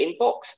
inbox